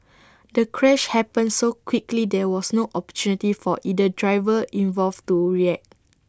the crash happened so quickly there was no opportunity for either driver involved to react